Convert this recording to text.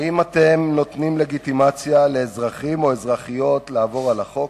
האם אתם נותנים לגיטימציה לאזרחים או לאזרחיות לעבור על החוק?